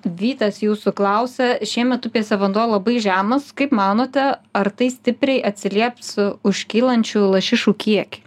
vytas jūsų klausia šiemet upėse vanduo labai žemas kaip manote ar tai stipriai atsilieps užkylančių lašišų kiekį